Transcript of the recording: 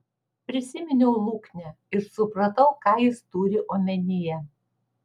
prisiminiau luknę ir supratau ką jis turi omenyje